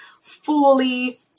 fully